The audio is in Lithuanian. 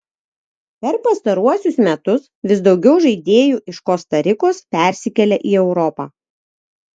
per pastaruosius metus vis daugiau žaidėjų iš kosta rikos persikelia į europą